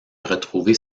retrouver